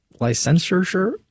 Licensure